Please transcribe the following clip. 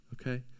okay